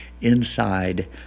inside